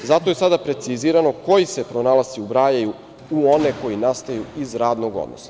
Zato je sada precizirano koji se pronalasci ubrajaju u one koji nastaju iz radnog odnosa.